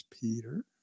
Peter